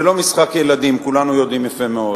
זה לא משחק ילדים, כולנו יודעים יפה מאוד,